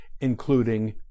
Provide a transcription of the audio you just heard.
including